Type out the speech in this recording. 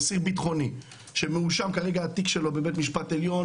אסיר ביטחוני שמואשם כרגע התיק שלו בבית המשפט העליון.